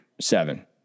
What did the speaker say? Seven